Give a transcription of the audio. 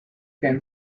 then